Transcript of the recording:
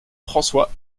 françois